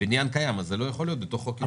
הבניין קיים, אז זה לא יכול להיות בתוך חוק עידוד.